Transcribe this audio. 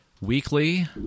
Weekly